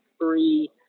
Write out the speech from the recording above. free